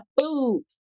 food